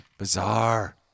Bizarre